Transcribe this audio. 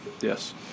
Yes